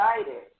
excited